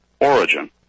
origin